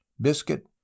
biscuit